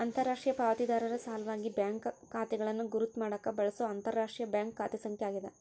ಅಂತರರಾಷ್ಟ್ರೀಯ ಪಾವತಿದಾರರ ಸಲ್ವಾಗಿ ಬ್ಯಾಂಕ್ ಖಾತೆಗಳನ್ನು ಗುರುತ್ ಮಾಡಾಕ ಬಳ್ಸೊ ಅಂತರರಾಷ್ಟ್ರೀಯ ಬ್ಯಾಂಕ್ ಖಾತೆ ಸಂಖ್ಯೆ ಆಗ್ಯಾದ